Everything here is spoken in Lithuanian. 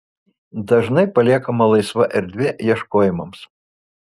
dažnai paliekama laisva erdvė ieškojimams